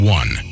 one